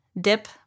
dip